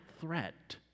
threat